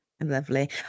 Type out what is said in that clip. Lovely